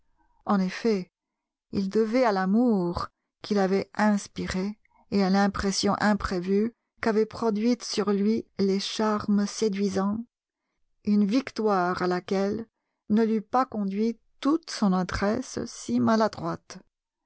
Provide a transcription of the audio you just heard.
en effet il devait à l'amour qu'il avait inspiré et à l'impression imprévue qu'avaient produite sur lui des charmes séduisants une victoire à laquelle ne l'eût pas conduit toute son adresse si maladroite